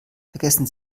vergessen